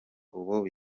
ubu